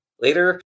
later